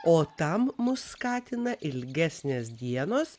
o tam mus skatina ilgesnės dienos